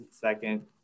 second